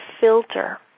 filter